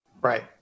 Right